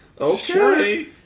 Okay